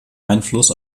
einfluss